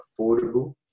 affordable